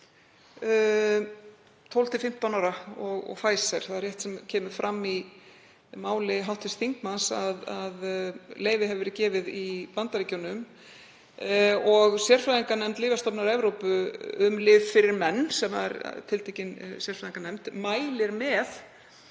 12–15 ára og Pfizer. Það er rétt sem kemur fram í máli hv. þingmanns, að leyfi hefur verið gefið í Bandaríkjunum og sérfræðinganefnd Lyfjastofnunar Evrópu um lyf fyrir menn, sem er tiltekin sérfræðinganefnd, mælir með